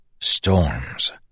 Storms